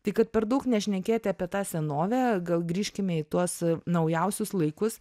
tai kad per daug nešnekėti apie tą senovę gal grįžkime į tuos naujausius laikus